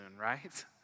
right